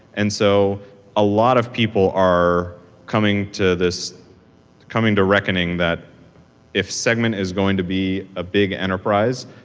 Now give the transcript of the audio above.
and so a lot of people are coming to this coming to reckoning that if segment is going to be a big enterprise,